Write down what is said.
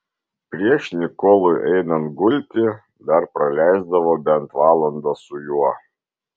prieš nikolui einant gulti dar praleisdavo bent valandą su juo